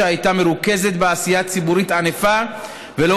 שהייתה מרוכזת בעשייה ציבורית ענפה ולא